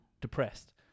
depressed